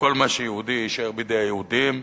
וכל מה שיהודי, יישאר בידי היהודים.